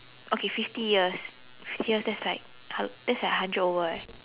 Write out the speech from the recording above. okay fifty years fifty years that's like hun~ that's like hundred over eh